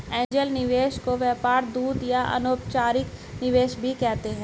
angel निवेशक को व्यापार दूत या अनौपचारिक निवेशक भी कहते हैं